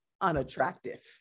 unattractive